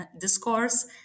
discourse